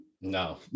no